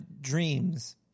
dreams